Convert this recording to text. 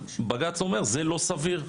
בג"צ אומר זה לא סביר,